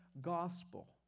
gospel